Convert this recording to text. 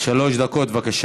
לי, חבל על הזמן.